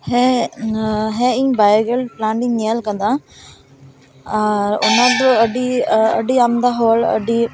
ᱦᱮᱸ ᱦᱮᱸ ᱤᱧ ᱵᱟᱭᱳ ᱜᱮᱞ ᱯᱞᱟᱱᱴ ᱤᱧ ᱧᱮᱞ ᱟᱠᱟᱫᱟ ᱟᱨ ᱚᱱᱟᱫᱚ ᱟᱹᱰᱤ ᱟᱢᱫᱟ ᱦᱚᱲ ᱟᱹᱰᱤ